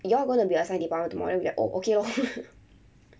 you all gonna be assigned department tomorrow then we like oh okay lor